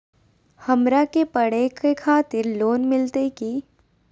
हमरा के पढ़े के खातिर लोन मिलते की?